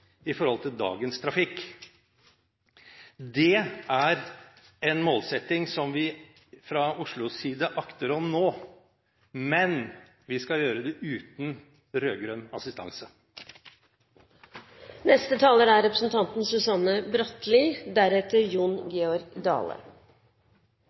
i forhold til dagens trafikk. Det er en målsetting som vi fra Oslos side akter å nå, men vi skal gjøre det uten